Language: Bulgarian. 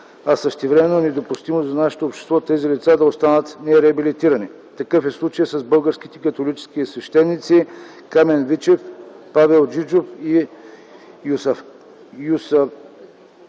а същевременно е недопустимо за нашето общество тези лица да останат нереабилитирани. Такъв е случаят с българските католически свещеници Камен Вичев, Павел Джиджов и Йосафат